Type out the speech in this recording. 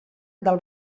del